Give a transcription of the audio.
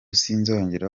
sinzongera